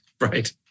Right